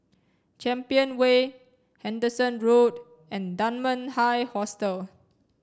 Champion Way Henderson Road and Dunman High Hostel